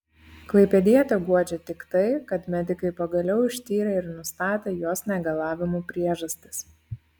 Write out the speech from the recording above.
klaipėdietę guodžia tik tai kad medikai pagaliau ištyrė ir nustatė jos negalavimų priežastis